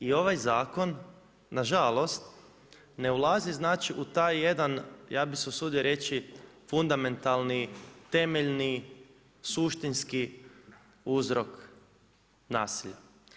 I ovaj zakon nažalost ne ulazi u taj jedan, ja bih se usudio reći, fundamentalni temeljni suštinski uzrok nasilja.